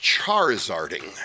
Charizarding